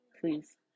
Please